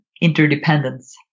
interdependence